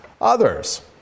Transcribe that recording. others